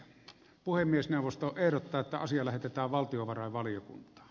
puhemiesneuvosto ehdottaa että asia lähetetään valtiovarainvaliokuntaan